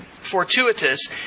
fortuitous